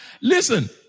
Listen